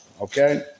Okay